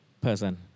person